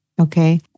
Okay